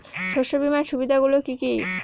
শস্য বীমার সুবিধা গুলি কি কি?